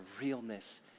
realness